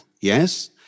Yes